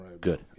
Good